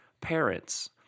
parents